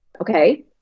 Okay